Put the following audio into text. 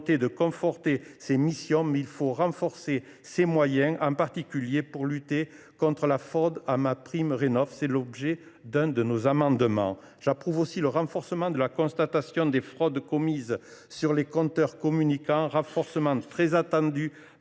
de conforter les missions de la DGCCRF, mais il faut renforcer ses moyens humains, en particulier pour lutter contre la fraude à MaPrimeRénov’ : tel est l’objet d’un de nos amendements. J’approuve également le renforcement de la constatation des fraudes commises sur les compteurs communicants, renforcement très attendu